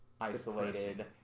Isolated